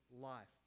life